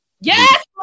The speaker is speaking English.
Yes